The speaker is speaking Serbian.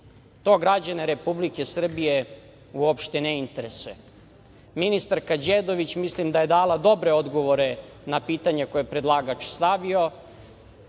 To građane Republike Srbije uopšte ne interesuje. Ministarka Đedović, mislim da je dala dobre odgovore na pitanje koje je predlagač stavio